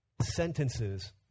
sentences